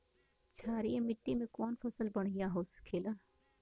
क्षारीय मिट्टी में कौन फसल बढ़ियां हो खेला?